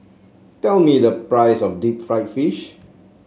tell me the price of Deep Fried Fish